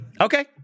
Okay